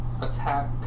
attack